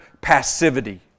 passivity